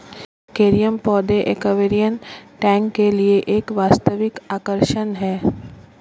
aquarium पौधे aquarium tank के लिए एक वास्तविक आकर्षण है